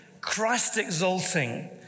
Christ-exalting